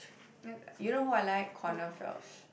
yeah you know who I like Conor